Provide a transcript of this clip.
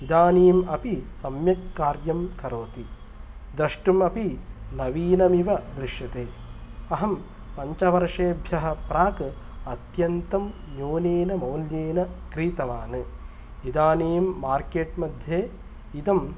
इदानीम् अपि सम्यक् कार्यं करोति दृष्टुम् अपि नवनमिव इव दृश्यते अहं पञ्चवर्षेभ्यः प्राक् अत्यन्तं न्यूनेन मौल्येन क्रीतवान् इदानीं मार्केट् मध्ये इदं